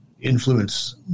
influence